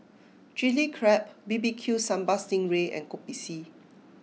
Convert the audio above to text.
Chili Crab B B Q Sambal Sting Ray and Kopi C